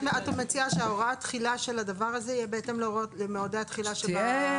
את מבקשת שהוראת התחילה של הדבר הזה יהיה בהתאם למועדי התחילה שבחוק?